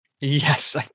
Yes